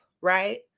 right